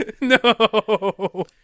No